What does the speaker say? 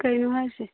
ꯀꯔꯤꯅꯣ ꯍꯥꯏꯁꯦ